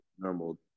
Normal